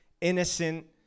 innocent